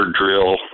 drill